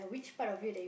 which part of you that you